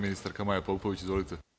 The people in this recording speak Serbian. Ministarka Maja Popović, izvolite.